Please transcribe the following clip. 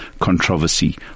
controversy